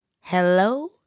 hello